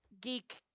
geek